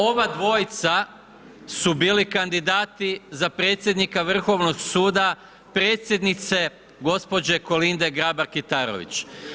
Ova dvojica su bili kandidati za predsjednika Vrhovnog suda, predsjednice gđe. Kolinde Grabar Kitarović.